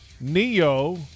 Neo